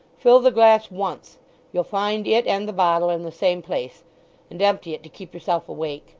fill the glass once you'll find it and the bottle in the same place and empty it to keep yourself awake